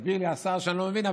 השר הסביר לי שאני לא מבין,